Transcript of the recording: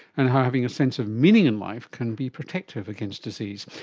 and how having a sense of meaning in life can be protective against disease.